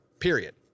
Period